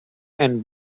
and